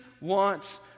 wants